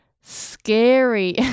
scary